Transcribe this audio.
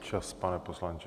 Čas, pane poslanče.